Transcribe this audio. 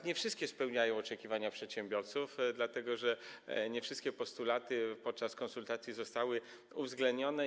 Nie wszystkie one spełniają oczekiwania przedsiębiorców, dlatego że nie wszystkie postulaty zgłoszone podczas konsultacji zostały uwzględnione.